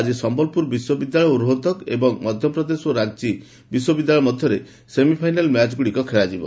ଆଜି ସମ୍ୟଲପୁର ବିଶ୍ୱବିଦ୍ୟାଳୟ ଓ ରୋହତକ ଏବଂ ମଧ୍ଧପ୍ରଦେଶ ଓ ରା ବିଶ୍ୱବିଦ୍ୟାଳୟ ମଧ୍ଧରେ ସେମିଫାଇନାଲ୍ ମ୍ୟାଚ୍ ଖେଳାଯିବ